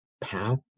path